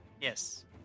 Yes